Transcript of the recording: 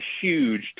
huge